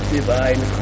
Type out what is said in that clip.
divine